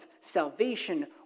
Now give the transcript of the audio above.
salvation